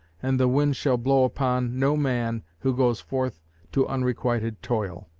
and the wind shall blow upon no man who goes forth to unrequited toil